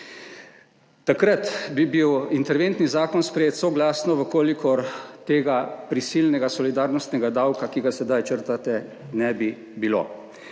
Takrat bi bil interventni zakon sprejet soglasno, v kolikor tega prisilnega solidarnostnega davka, ki ga sedaj črtate, ne bi bilo.